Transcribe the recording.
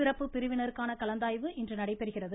சிறப்பு பிரிவினருக்கான கலந்தாய்வு இன்று நடைபெறுகிறது